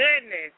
goodness